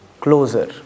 closer